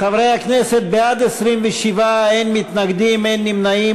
חברי הכנסת, בעד, 27, אין מתנגדים, אין נמנעים.